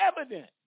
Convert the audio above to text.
evident